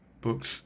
books